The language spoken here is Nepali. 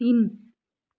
तिन